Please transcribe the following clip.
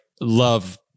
love